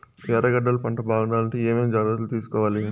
ఎర్రగడ్డలు పంట బాగుండాలంటే ఏమేమి జాగ్రత్తలు తీసుకొవాలి?